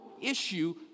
issue